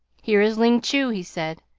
here is ling chu, he said,